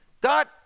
God